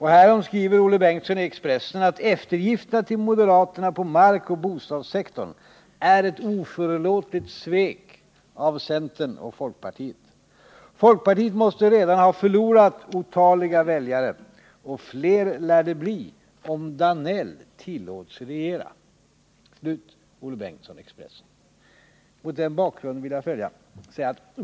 Härom skriver Olle Bengtzon i Expressen: ”Eftergifterna till moderaterna på markoch bostadssektorn är ett oförlåtligt svek av folkparti och center. Folkpartiet måste redan ha förlorat otaliga väljare och fler lär det bli om Danell tillåts regera.” Mot den bakgrunden vill jag säga följande.